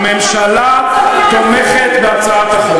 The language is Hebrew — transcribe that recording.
הממשלה תומכת בהצעת החוק.